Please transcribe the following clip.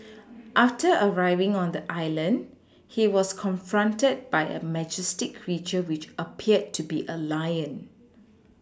after arriving on the island he was confronted by a majestic creature which appeared to be a Lion